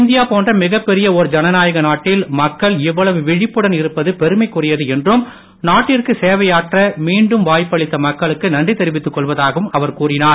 India போன்ற மிகப்பெரிய ஓர் ஜனநாயக நாட்டில் மக்கள் இவ்வளவு விழிப்புடன் இருப்பது பெருமைக்குறியது என்றும் நாட்டிற்கு சேவையாற்ற மீண்டும் வாய்ப்பளித்த மக்களுக்கு நன்றி தெரிவித்துக் கொள்வதாகவும் அவர் கூறினார்